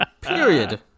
Period